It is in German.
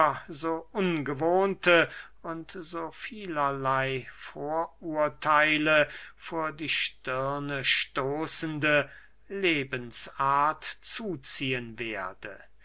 so ungewohnte und so vielerley vorurtheile vor die stirne stoßende lebensart zuziehen werde